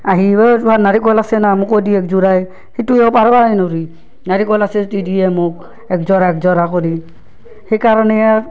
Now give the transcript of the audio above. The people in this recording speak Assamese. আহি অঁ তোহাৰ নাৰিকল আছে না মোকো দি এক যোৰা এই সেইটোও পাৰবায়ে নৰি নাৰিকল আছে যদি দি এ মোক এক যোৰা এক যোৰা কৰি সেইকাৰণে আৰ